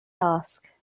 ask